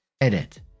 Edit